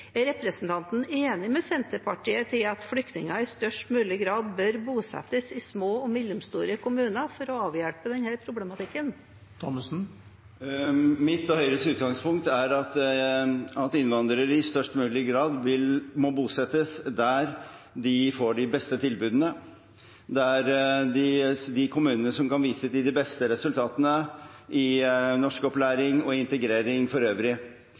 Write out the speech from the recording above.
Er representanten enig med Senterpartiet i at flyktninger i størst mulig grad bør bosettes i små og mellomstore kommuner for å avhjelpe denne problematikken? Mitt og Høyres utgangspunkt er at innvandrere i størst mulig grad må bosettes der de får de beste tilbudene. Det er de kommunene som kan vise til de beste resultatene i norskopplæring og integrering for øvrig.